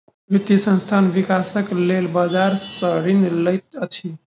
वित्तीय संस्थान, विकासक लेल बजार सॅ ऋण लैत अछि